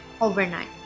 overnight